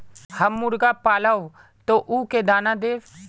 हम मुर्गा पालव तो उ के दाना देव?